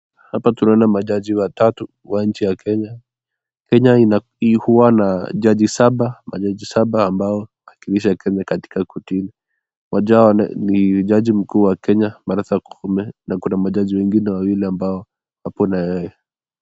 Hapa tunaona majaji watatu wa nchi ya Kenya. Kenya huwa na Jaji saba, majaji saba ambao wakilisha Kenya katika kortini. Moja ni jaji mkuu wa Kenya, Martha Koome na kuna majaji wengine wawili ambao wapo na yeye.